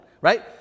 right